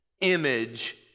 image